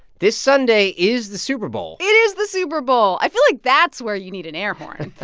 this sunday is the super bowl it is the super bowl. i feel like that's where you need an air horn.